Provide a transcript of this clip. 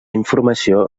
informació